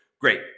great